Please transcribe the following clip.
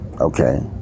okay